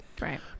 right